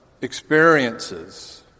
experiences